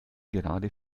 gerade